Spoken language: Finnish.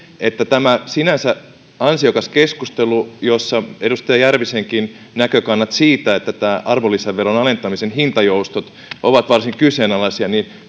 että tämä sinänsä ansiokas keskustelu jossa oli edustaja järvisenkin näkökannat siitä että tämän arvonlisäveron alentamisen hintajoustot ovat varsin kyseenalaisia